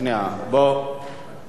רק שנייה, אדוני,